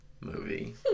movie